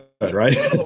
right